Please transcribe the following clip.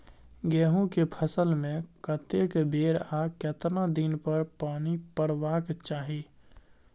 गेहूं के फसल मे कतेक बेर आ केतना दिन पर पानी परबाक चाही?